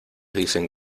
dicen